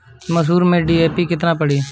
मसूर में डी.ए.पी केतना पड़ी?